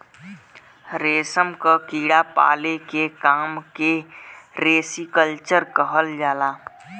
रेशम क कीड़ा पाले के काम के सेरीकल्चर कहल जाला